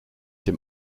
dem